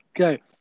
Okay